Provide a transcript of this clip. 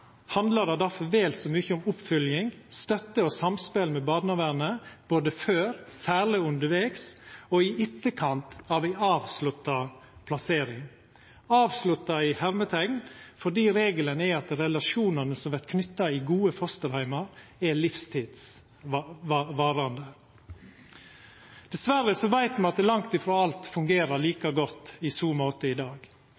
handlar det derfor vel så mykje om oppfølging, støtte og samspel med barnevernet, både før, særleg undervegs og i etterkant av ei «avslutta» plassering – avslutta står i hermeteikn, fordi regelen er at relasjonane som vert knytte i gode fosterheimar, er livsvarige. Dessverre veit me at langt ifrå alt fungerer